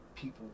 people